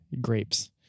Grapes